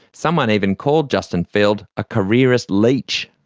someone even called justin field a careerist leech.